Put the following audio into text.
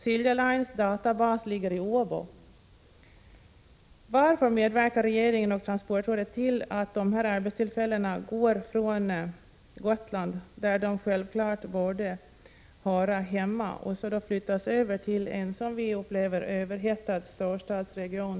Silja Lines databas ligger i Åbo. Varför medverkar regeringen och transportrådet till att dessa arbetstillfällen tas från Gotland, där de självklart hör hemma, och flyttas över till en — som vi upplever det — överhettad storstadsregion?